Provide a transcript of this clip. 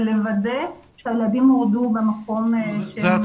לוודא שהילדים הורדו במקום שהם אמורים.